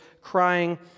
crying